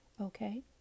okay